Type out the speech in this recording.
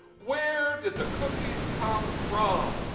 where did the cookies come from?